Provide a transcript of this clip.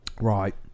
Right